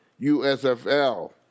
USFL